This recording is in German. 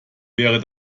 wäre